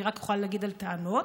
אני רק יכולה להגיד על טענות,